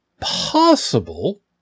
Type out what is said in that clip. possible